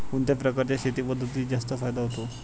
कोणत्या प्रकारच्या शेती पद्धतीत जास्त फायदा होतो?